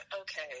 Okay